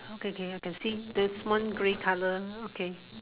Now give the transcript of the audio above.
okay okay I can see this one grey colour okay